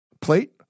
plate